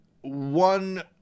one